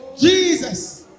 Jesus